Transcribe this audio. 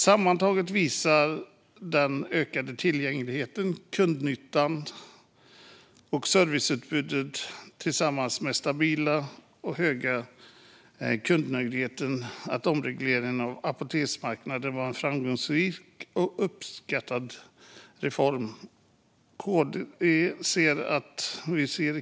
Sammantaget visar den ökade tillgängligheten, kundnyttan och serviceutbudet tillsammans med den stabila och höga kundnöjdheten att omregleringen av apoteksmarknaden var en framgångsrik och uppskattad reform.